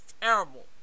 terrible